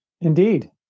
indeed